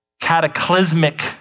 cataclysmic